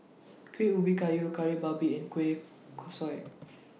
Kuih Ubi Kayu Kari Babi and Kueh Kosui